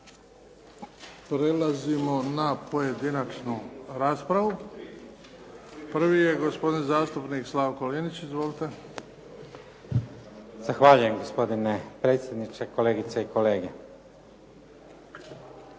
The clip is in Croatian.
Prelazimo na pojedinačnu raspravu. Prvi je gospodin zastupnik Slavko Linić. Izvolite. **Linić, Slavko (SDP)** Zahvaljujem gospodine predsjedniče, kolegice i kolege.